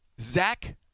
Zach